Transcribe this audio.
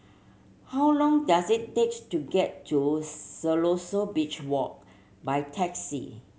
how long does it takes to get to Siloso Beach Walk by taxi